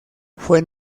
fue